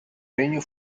regno